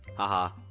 haha.